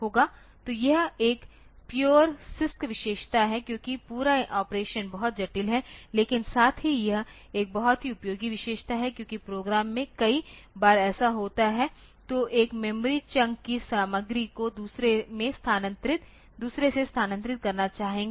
तो यह एक प्योरCISC विशेषता है क्योंकि पूरा ऑपरेशन बहुत जटिल है लेकिन साथ ही यह एक बहुत ही उपयोगी विशेषता है क्योंकि प्रोग्राम में कई बार ऐसा होता है तो एक मेमोरी चंक की सामग्री को दूसरे से स्थानांतरित करना चाहेंगे